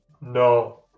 No